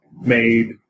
made